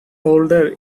older